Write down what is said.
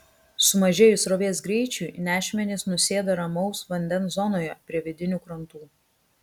sumažėjus srovės greičiui nešmenys nusėda ramaus vandens zonoje prie vidinių krantų